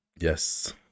yes